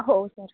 हो सर